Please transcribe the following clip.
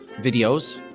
videos